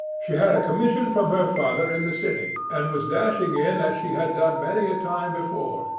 she had a commission from her father in the city, and was dashing in as she had done many a time before,